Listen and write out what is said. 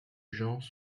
genre